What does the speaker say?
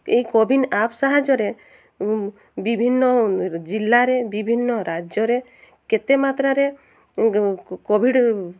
ଏହି CoWIN app ସାହାଯ୍ୟରେ ବିଭିନ୍ନ ଜିଲ୍ଲାରେ ବିଭିନ୍ନ ରାଜ୍ୟରେ କେତେ ମାତ୍ରାରେ କୋଭିଡ଼୍